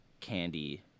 candy